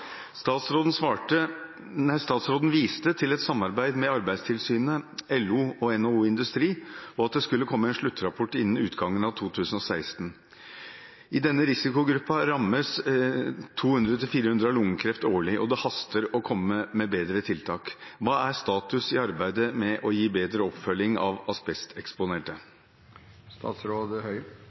Statsråden viste til et samarbeid med Arbeidstilsynet, LO og NHO Norsk Industri og at det skulle komme en sluttrapport innen utgangen av 2016. I denne risikogruppa rammes 200–400 av lungekreft årlig, og det haster å komme med bedre tiltak. Hva er status i arbeidet med å gi bedre oppfølging av asbesteksponerte?»